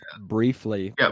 briefly